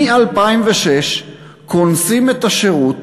מ-2006 קונסים את השירות,